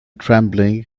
trembling